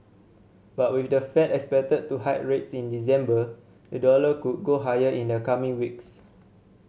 but with the Fed expected to hike rates in December the dollar could go higher in the coming weeks